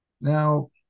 Now